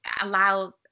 allow